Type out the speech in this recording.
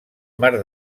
mar